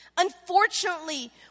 Unfortunately